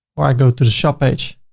or i go to the shop page,